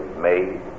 made